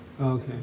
Okay